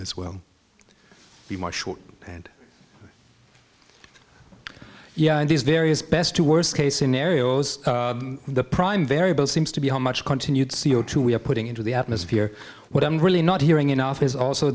as well the more short and yeah there's various best to worst case scenarios the prime variable seems to be how much continued c o two we are putting into the atmosphere what i'm really not hearing enough is also